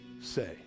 Say